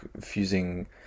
Fusing